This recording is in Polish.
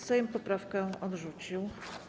Sejm poprawkę odrzucił.